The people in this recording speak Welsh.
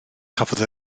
cafodd